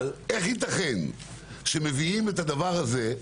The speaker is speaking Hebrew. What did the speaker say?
אבל איך ייתכן שמביאים את הדבר הזה,